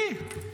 לי?